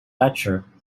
lecture